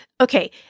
okay